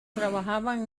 trabajaban